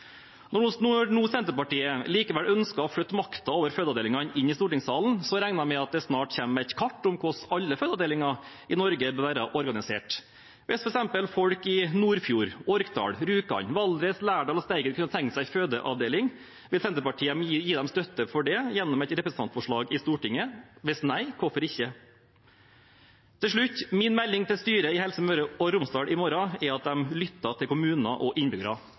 Når Senterpartiet nå likevel ønsker å flytte makten over fødeavdelingene inn i stortingssalen, regner jeg med at det snart kommer et kart over hvordan alle fødeavdelinger i Norge bør være organisert. Hvis f.eks. folk i Nordfjord, Orkdal, Rjukan, Valdres, Lærdal og Steigen kunne tenkt seg en fødeavdeling, vil Senterpartiet gi dem støtte for det gjennom et representantforslag i Stortinget? Hvis nei, hvorfor ikke? Til slutt: Min melding til styret i Helse Møre og Romsdal i morgen er at de lytter til kommuner og innbyggere.